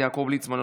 יעקב ליצמן,